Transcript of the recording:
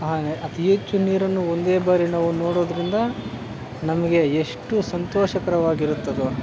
ಆಗೆ ಅತಿ ಹೆಚ್ಚು ನೀರನ್ನು ಒಂದೇ ಬಾರಿ ನಾವು ನೋಡೋದರಿಂದ ನಮಗೆ ಎಷ್ಟು ಸಂತೋಷಕರವಾಗಿರುತ್ತದೋ